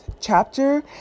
chapter